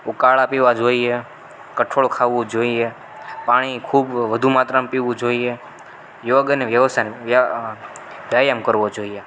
ઉકાળા પીવા જોઈએ કઠોળ ખાવું જોઈએ પાણી ખૂબ વધુ માત્રામાં પીવું જોઈએ યોગ અને વ્યાયામ કરવો જોઈએ